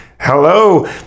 Hello